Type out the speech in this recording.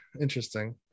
Interesting